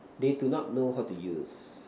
they do not know how to use